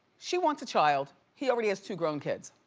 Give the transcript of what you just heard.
she wants a child, he already has two grown kids.